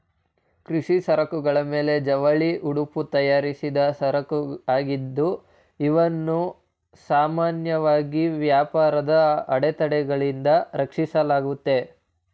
ಕೃಷಿ ಸರಕುಗಳ ಮೇಲೆ ಜವಳಿ ಉಡುಪು ತಯಾರಿಸಿದ್ದ ಸರಕುಆಗಿದ್ದು ಇವನ್ನು ಸಾಮಾನ್ಯವಾಗಿ ವ್ಯಾಪಾರದ ಅಡೆತಡೆಗಳಿಂದ ರಕ್ಷಿಸಲಾಗುತ್ತೆ